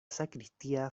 sacristía